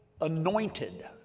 anointed